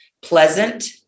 pleasant